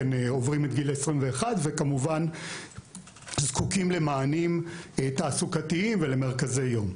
עוברים את גיל 21 וכמובן זקוקים למענים תעסוקתיים ולמרכזי יום.